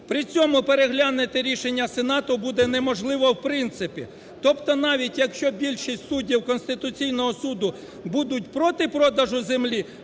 при цьому переглянути рішення сенату буде неможливо в принципі, тобто, навіть якщо більшість Конституційного Суду будуть проти продажу землі,